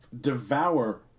devour